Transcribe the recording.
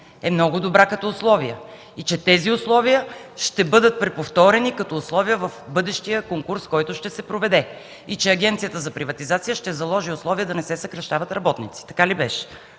е много добра като условия и че тези условия ще бъдат преповторени като условия в бъдещия конкурс, който ще се проведе, и че Агенцията за приватизация и следприватизационен контрол ще заложи условия да не се съкращават работници. Така ли беше?